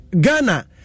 Ghana